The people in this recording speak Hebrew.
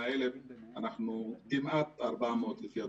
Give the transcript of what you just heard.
אנחנו כמעט 400 לפי הדוחות של משרד הבריאות.